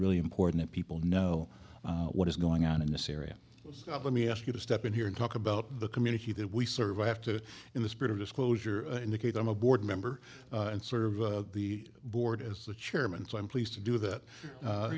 really important if people know what is going on in this area let me ask you to step in here and talk about the community that we serve i have to in the spirit of disclosure indicate i'm a board member and serve the board as the chairman so i'm pleased to do that